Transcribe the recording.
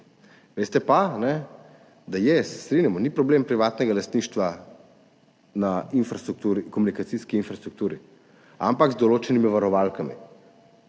Veste pa, se strinjamo, da ni problem privatnega lastništva v komunikacijski infrastrukturi, ampak v določenih varovalkah.